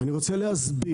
אני רוצה להסביר: